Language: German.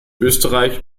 österreich